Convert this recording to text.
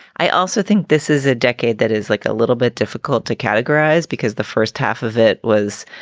i also think this is a decade that is like a little bit difficult to categorize because the first half of it was,